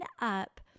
up